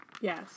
Yes